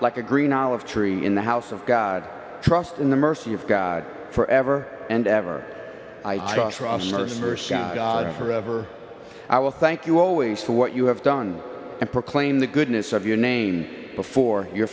like a green olive tree in the house of god trust in the mercy of god forever and ever i just rosner's versa god forever i will thank you always for what you have done and proclaim the goodness of your name before you